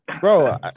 bro